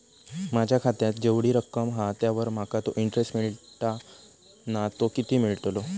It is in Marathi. माझ्या खात्यात जेवढी रक्कम हा त्यावर माका तो इंटरेस्ट मिळता ना तो किती मिळतलो?